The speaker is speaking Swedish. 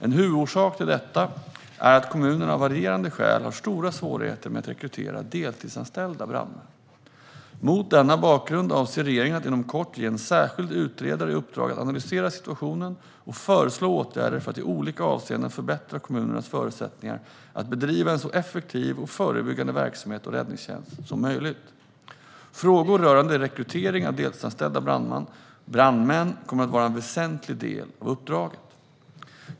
En huvudorsak till detta är att kommunerna av varierande skäl har stora svårigheter med att rekrytera deltidsanställda brandmän. Mot denna bakgrund avser regeringen att inom kort ge en särskild utredare i uppdrag att analysera situationen och föreslå åtgärder för att i olika avseenden förbättra kommunernas förutsättningar att bedriva en så effektiv och förebyggande verksamhet och räddningstjänst som möjligt. Frågor rörande rekrytering av deltidsanställda brandmän kommer att vara en väsentlig del av uppdraget.